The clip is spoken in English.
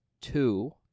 two